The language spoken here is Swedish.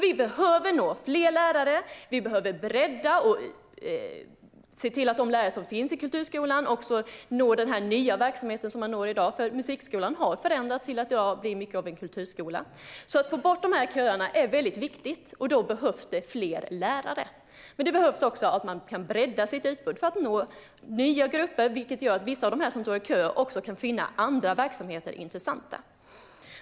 Vi behöver nå fler lärare, bredda och se till att de lärare som finns i kulturskolan också når den nya verksamheten. Musikskolan har nämligen förändrats till att bli mycket av en kulturskola. Att få bort köerna är alltså väldigt viktigt, och då behövs det fler lärare. Men man behöver också kunna bredda sitt utbud för att nå nya grupper, så att vissa av dem som står i kö kan finna andra verksamheter intressanta.